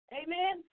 amen